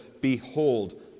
Behold